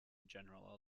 general